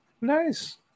Nice